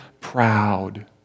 proud